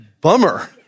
bummer